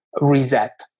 reset